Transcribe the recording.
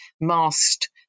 masked